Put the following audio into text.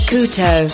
Kuto